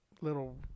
little